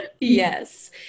Yes